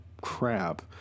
crap